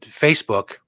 Facebook